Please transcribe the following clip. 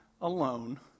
alone